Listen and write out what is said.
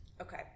okay